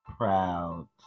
proud